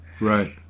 Right